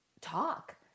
talk